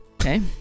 Okay